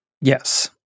Yes